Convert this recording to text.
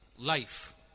Life